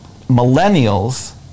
Millennials